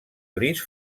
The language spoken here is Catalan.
gris